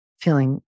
feeling